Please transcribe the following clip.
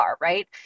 Right